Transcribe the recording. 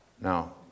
Now